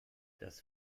das